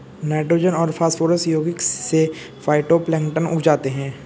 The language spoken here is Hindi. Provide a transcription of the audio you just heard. नाइट्रोजन और फास्फोरस यौगिक से फाइटोप्लैंक्टन उग जाते है